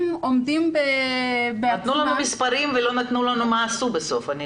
עומדים בעצמם --- נתנו לנו מספרים ולא נתנו לנו מה עשו בסוף.